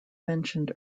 mentioned